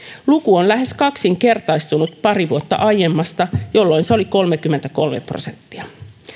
luku on lähes kaksinkertaistunut pari vuotta aiemmasta jolloin se oli kolmekymmentäkolme prosenttia